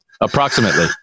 Approximately